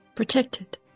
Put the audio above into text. protected